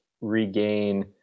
regain